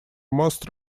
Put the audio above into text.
most